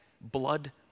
blood